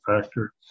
factor